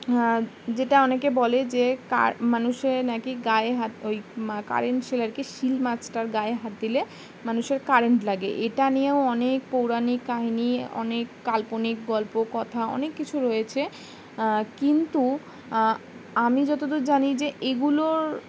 যেটা অনেকে বলে কা যে মানুষের নাকি গায়ে হাত ওই কারেন্ট সেলার কি শিল মাছটার গায়ে হাত দিলে মানুষের কারেন্ট লাগে এটা নিয়েও অনেক পৌরাণিক কাহিনি অনেক কাল্পনিক গল্প কথা অনেক কিছু রয়েছে কিন্তু আমি যতটা জানি যে এগুলোর